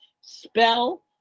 spell